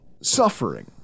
suffering